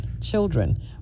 Children